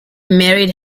married